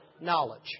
knowledge